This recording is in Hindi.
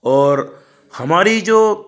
और हमारी जो